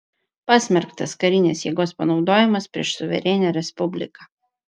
pasmerktas karinės jėgos panaudojimas prieš suverenią respubliką